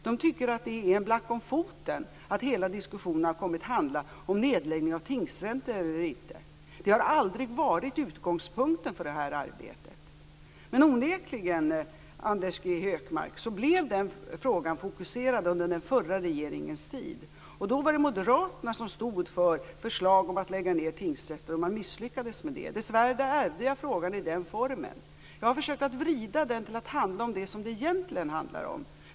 De tycker att det är en black om foten att hela diskussionen har kommit att handla om nedläggning av tingsrätter. Det har aldrig varit utgångspunkten för det här arbetet. Men onekligen, Anders G Högmark, blev den frågan fokuserad under den förra regeringens tid. Då var det Moderaterna som stod för förslag om att lägga ned tingsrätter, och man misslyckades med detta. Dessvärre ärvde jag frågan i den formen. Jag har försökt att vrida tillbaka den till att handla om det som det egentligen handlar om.